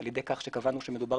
במקום כל כך אגבי ונקודתי,